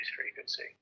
frequency